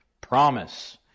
promise